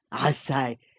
i say!